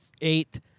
eight